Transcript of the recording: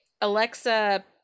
alexa